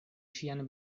ŝian